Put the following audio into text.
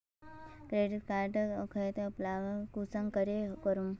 Credit card खोये जाले पर ब्लॉक कुंसम करे करूम?